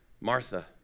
Martha